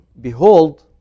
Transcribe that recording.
Behold